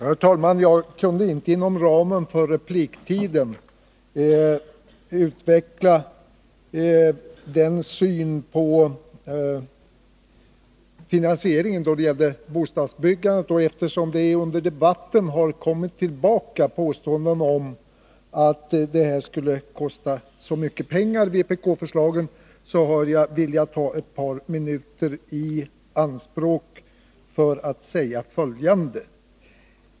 Herr talman! Jag kunde inte under min repliktid utveckla vår syn på finansieringen av bostadsbyggandet. Eftersom det i debatten återigen har förekommit påståenden om att vpk-förslagen skulle kosta så mycket pengar, vill jag ta ett par minuter i anspråk för att säga följande.